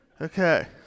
Okay